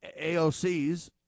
AOCs